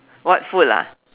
what food lah